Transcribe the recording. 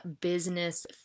business